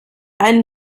einen